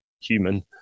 human